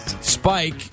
Spike